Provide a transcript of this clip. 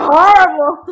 horrible